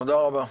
תודה רבה.